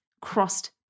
crossed